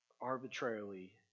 arbitrarily